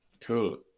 cool